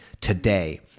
today